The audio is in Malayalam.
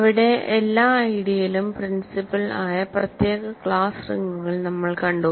അവിടെ എല്ലാ ഐഡിയലും പ്രിൻസിപ്പൽ ആയ പ്രത്യേക ക്ലാസ് റിങ്ങുകൾ നമ്മൾ കണ്ടു